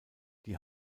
die